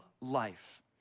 life